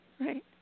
right